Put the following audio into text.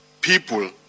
people